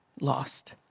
lost